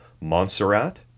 Montserrat